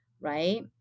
Right